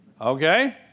okay